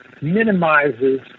minimizes